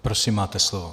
Prosím, máte slovo.